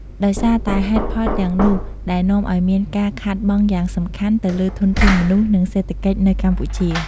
ដោយសារតែហេតុផលទាំងនោះ ដែលនាំឱ្យមានការខាតបង់យ៉ាងសំខាន់ទៅលើធនធានមនុស្ស និងសេដ្ឋកិច្ចនៅកម្ពុជា។